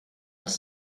als